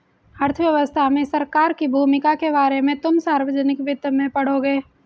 अर्थव्यवस्था में सरकार की भूमिका के बारे में तुम सार्वजनिक वित्त में पढ़ोगे